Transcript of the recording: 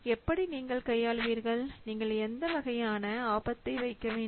எப்படி நீங்கள் கையாளுவீர்கள் நீங்கள் எந்த வகையான ஆபத்தைவைக்க வேண்டும்